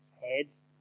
heads